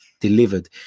delivered